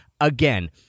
Again